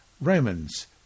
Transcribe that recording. Romans